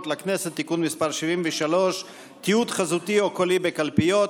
לכנסת (תיקון מס' 73) (תיעוד חזותי או קולי בקלפיות),